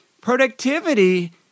productivity